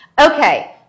Okay